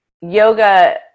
yoga